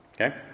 Okay